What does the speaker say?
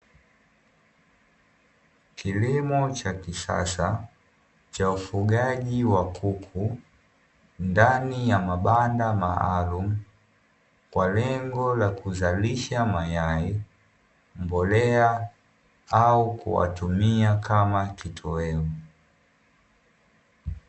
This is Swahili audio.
Kilimo cha kisasa cha ufugaji wa kuku, ndani ya mabanda maalumu kwa lengo la kuzalisha mayai, mbolea au kuwatumia kama kitoweo.